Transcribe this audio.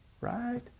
Right